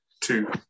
Two